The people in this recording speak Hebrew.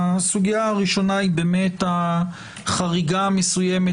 הסוגיה הראשונה היא באמת החריגה המסוימת